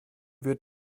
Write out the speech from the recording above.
wird